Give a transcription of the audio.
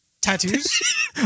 Tattoos